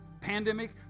pandemic